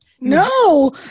No